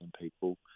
people